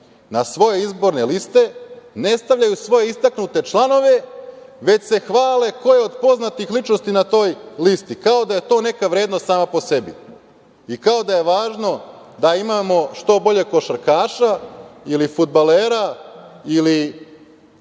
na svoje izborne liste ne stavljaju svoje istaknute članove, već se hvale ko je od poznatih ličnosti na toj listi, kao da je to neka vrednost sama po sebi i kao da je važno da imamo što boljeg košarkaša, ili fudbalera, ili